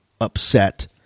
upset